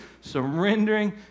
surrendering